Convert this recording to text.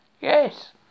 yes